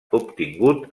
obtingut